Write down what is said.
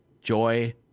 joy